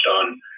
on